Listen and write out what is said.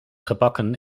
gebakken